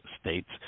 states